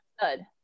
good